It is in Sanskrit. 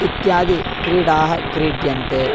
इत्यादिक्रीडाः क्रीड्यन्ते